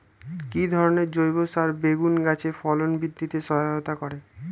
কি ধরনের জৈব সার বেগুন গাছে ফলন বৃদ্ধিতে সহায়তা করে?